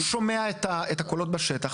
הוא שומע את המדיניות בשטח,